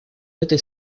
этой